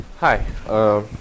Hi